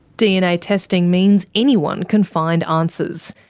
dna testing means anyone can find answers,